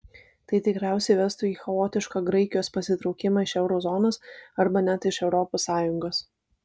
tai tikriausiai vestų į chaotišką graikijos pasitraukimą iš euro zonos arba net iš europos sąjungos